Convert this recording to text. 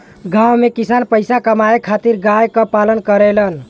गांव में किसान पईसा कमाए खातिर गाय क पालन करेलन